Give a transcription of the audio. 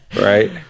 Right